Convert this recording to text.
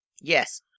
Yes